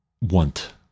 want